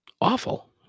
Awful